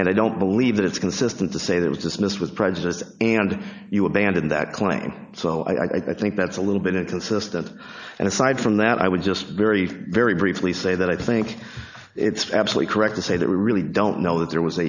and i don't believe that it's consistent to say that was dismissed with prejudice and you abandon that claim so i think that's a little bit inconsistent and aside from that i would just very very briefly say that i think it's absolutely correct to say that we really don't know that there was